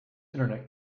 internet